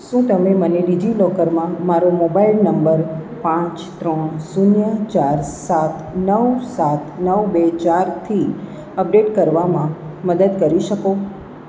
શું તમે મને ડિજિલોકરમાં મારો મોબાઇલ નંબર પાંચ ત્રણ શૂન્ય ચાર સાત નવ સાત નવ બે ચારથી અપડેટ કરવામાં મદદ કરી શકો